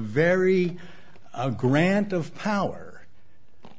very a grant of power